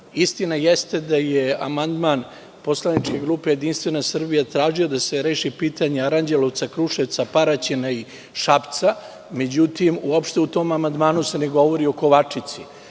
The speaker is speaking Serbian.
radi. Istina jeste da je amandman poslaničke grupe Jedinstvena Srbija tražio da se reši pitanje Aranđelovca, Kruševca, Paraćina i Šapca. Međutim, uopšte se u tom amandmanu ne govori o Kovačici,